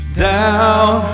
down